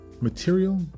material